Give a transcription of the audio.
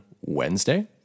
Wednesday